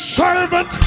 servant